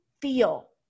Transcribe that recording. feel